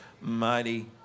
mighty